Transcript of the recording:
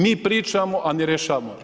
Mi pričamo, a ne rješavamo.